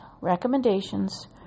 recommendations